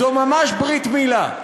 זו ממש ברית מילה: